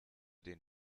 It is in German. den